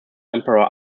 emperor